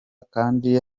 kandi